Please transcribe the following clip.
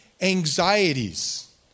anxieties